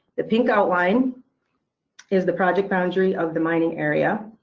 the pink outline is the project boundary of the mining area,